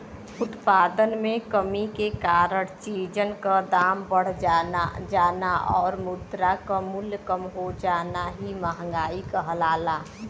उत्पादन में कमी के कारण चीजन क दाम बढ़ जाना आउर मुद्रा क मूल्य कम हो जाना ही मंहगाई कहलाला